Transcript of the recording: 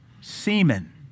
semen